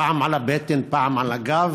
פעם על הבטן, פעם על הגב,